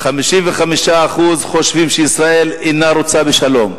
55% חושבים שישראל אינה רוצה בשלום,